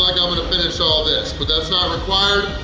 i mean to finish all this but that's not required.